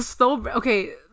Okay